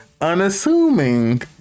unassuming